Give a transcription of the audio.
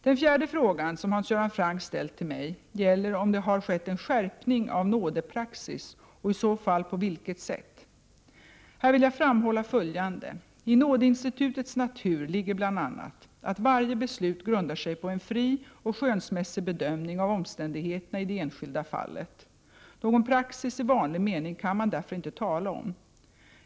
Den fjärde frågan som Hans Göran Franck ställt till mig gäller om det har skett en skärpning av nådepraxis och i så fall på vilket sätt. Här vill jag framhålla följande. I nådeinstitutets natur ligger bl.a. att varje beslut grundar sig på en fri och skönsmässig bedömning av omständigheterna i det enskilda fallet. Någon praxis i vanlig mening kan man därför inte tala om.